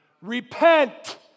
Repent